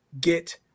get